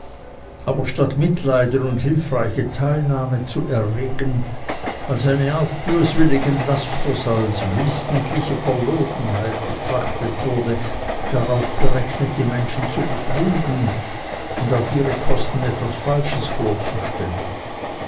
aber statt mitleiden und hilfreiche teilnahme zu erregen als eine art böswilligen lasters als wissentliche verlogenheit betrachtet wurde darauf berechnet die menschen zu betrügen und auf ihre kosten etwas falsches vorzustellen